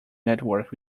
network